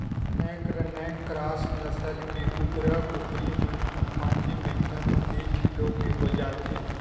naked neck cross नसल के कुकरा, कुकरी मन ह पाँचे महिना म एक किलो के हो जाथे